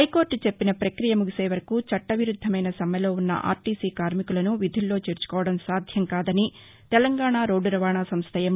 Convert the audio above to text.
high court చెప్పిన ప్రక్రియ ముగిసే వరకు చట్ట విరుద్దమైన సమ్మెలో ఉన్న ఆర్టీసీ కార్మికులను విధుల్లో చేర్చుకోవడం సాధ్యం కాదని తెలంగాణ రోడ్లు రవాణా సంస్ల ఎం